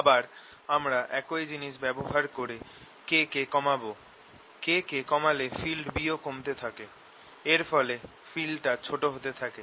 আবার আমরা একই জিনিস ব্যবহার করে K কে কমাবো K কে কমালে ফিল্ড B ও কমতে থাকে এর ফলে ফিল্ডটা ছোট হতে থাকে